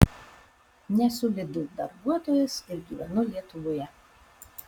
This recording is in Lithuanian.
nesu lidl darbuotojas ir gyvenu lietuvoje